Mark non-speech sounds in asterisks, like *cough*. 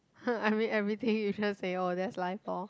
*noise* I mean everything you just say oh that's life lor